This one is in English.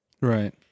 Right